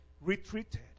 retreated